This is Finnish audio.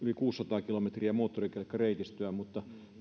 kuusisataa kilometriä moottorikelkkareitistöä mutta